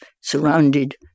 surrounded